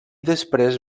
després